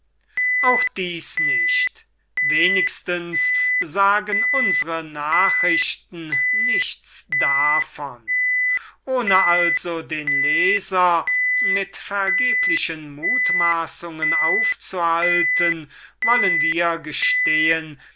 auch nicht wenigstens sagen unsre nachrichten nichts davon ohne also den leser mit vergeblichen mutmaßungen aufzuhalten wollen wir gestehen